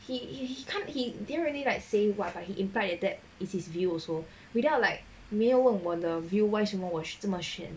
he he can't he didn't really like say what but he implied that is his view also without like 没有问我的 view wise 你问我真么选